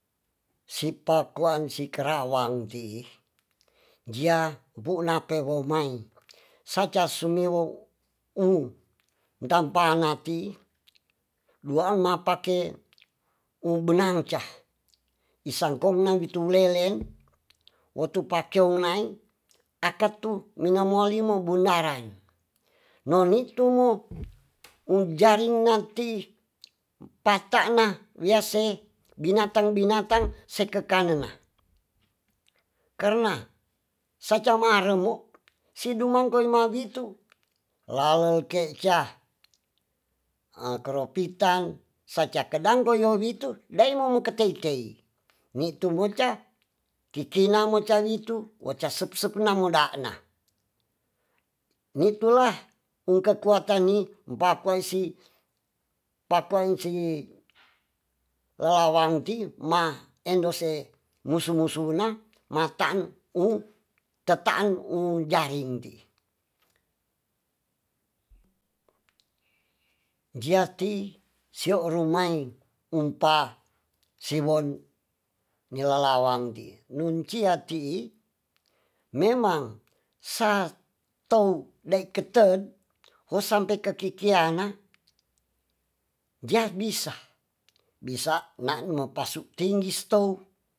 Sipakoan si kerawangjia bu'nag pewomai sacasumiwow metampana ti duaan mapake mobenang cah isangkonang itulelen, wo tu pakiou nai akad tu mingomolimu bundaran nonitumu unjaringanti pata'na wiase binatang binatang se kekanena karna sacamaremusidumangkei manitu lalel ke'ca koropita sacakedangngoitu dai moketeitei ni tu buca ti kina muca witu wuca sepsep na muda' na nitula wukekuatani mbakuasi pakuanti lalawangti ma endose musu musu na mataang uu tataang uu jaring ti jiati sio rumain umpa siwon nilalawangti nuncia ti'i memang sa tou neketet wo sampe kikiana jiabisa bisa nu mapasu tinggi stou.